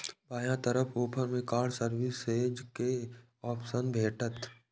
बायां तरफ ऊपर मे कार्ड सर्विसेज के ऑप्शन भेटत